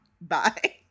Bye